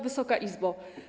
Wysoka Izbo!